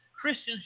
Christians